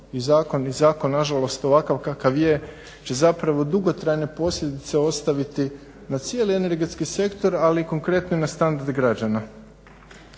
I zakon na žalost ovakav kakav je će zapravo dugotrajne posljedice ostaviti na cijeli energetski sektor, ali konkretno i na standard građana.